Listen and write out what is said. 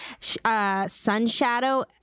sunshadow